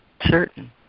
certain